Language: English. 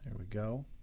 and we go.